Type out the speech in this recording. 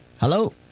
Hello